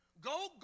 Go